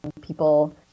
people